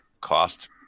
cost